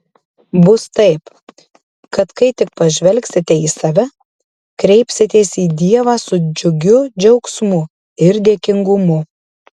bus taip kad kai tik pažvelgsite į save kreipsitės į dievą su džiugiu džiaugsmu ir dėkingumu